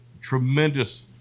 tremendous